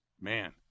man